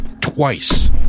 twice